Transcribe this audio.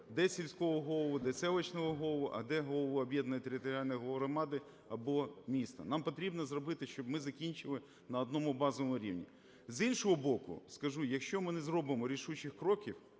де сільського голову, де селищного голову, а де голову об'єднаної територіальної громади або міста. Нам потрібно зробити, щоб ми закінчили на одному базовому рівні. З іншого боку, скажу, якщо ми не зробимо рішучих кроків,